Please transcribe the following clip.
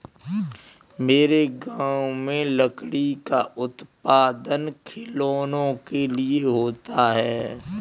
मेरे गांव में लकड़ी का उत्पादन खिलौनों के लिए होता है